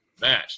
Match